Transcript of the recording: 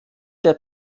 der